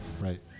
right